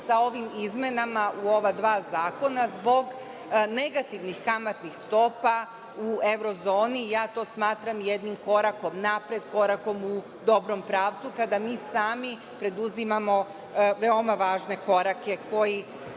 sa ovim izmenama u ova dva zakona zbog negativnih kamatnih stopa u evrozoni. Smatram to jednim korakom napred, korakom u dobrom pravcu, kada mi sami preduzimamo veoma važne korake koji